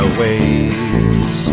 ways